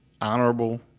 honorable